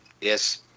Yes